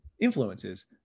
influences